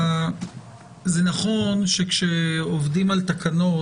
נכון שכשעובדים על תקנות,